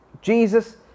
Jesus